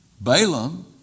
Balaam